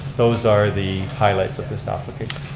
those are the highlights of this application.